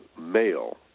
male